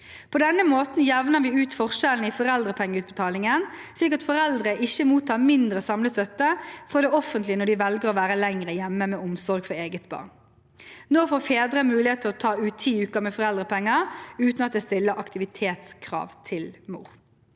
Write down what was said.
På denne måten jevner vi ut forskjellene i foreldrepengeutbetalingen, slik at foreldre ikke mottar mindre samlet støtte fra det offentlige når de velger å være lengre hjemme med omsorg for eget barn. Nå får fedre mulighet til å ta ut 10 uker med foreldrepenger uten at det stiller aktivitetskrav til mor.